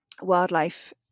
wildlife